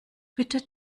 bitte